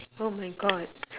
oh my god